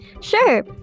sure